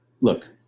look